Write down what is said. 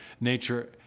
nature